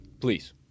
please